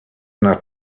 not